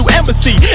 embassy